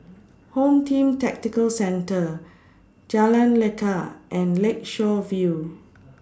Home Team Tactical Centre Jalan Lekar and Lakeshore View